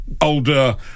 older